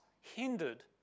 hindered